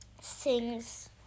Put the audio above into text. sings